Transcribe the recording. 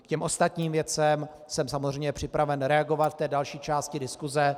K těm ostatním věcem jsem samozřejmě připraven reagovat v další části diskuse.